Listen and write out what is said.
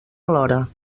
alhora